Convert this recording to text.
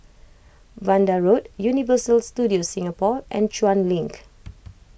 Vanda Road Universal Studios Singapore and Chuan Link